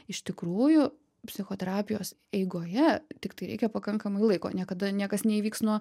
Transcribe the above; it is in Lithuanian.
iš tikrųjų psichoterapijos eigoje tiktai reikia pakankamai laiko niekada niekas neįvyks nuo